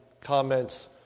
comments